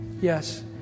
Yes